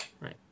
Right